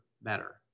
better